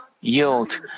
yield